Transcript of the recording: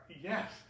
yes